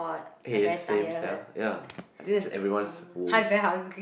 eh same sia ya I think that's everyone's woes